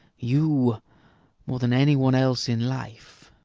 you more than any one else in life.